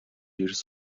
эрс